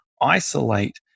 isolate